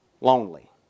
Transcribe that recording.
lonely